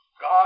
God